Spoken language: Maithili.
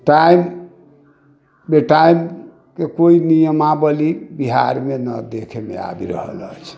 टाइम बे टाइमके कोइ नियमावली बिहारमे नहि देखैमे आबि रहल अछि